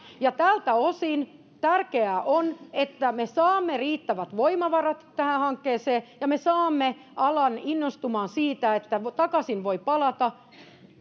ja tältä osin tärkeää on että me saamme riittävät voimavarat tähän hankkeeseen ja me saamme alan innostumaan siitä että takaisin voi palata